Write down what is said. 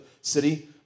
city